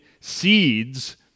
seeds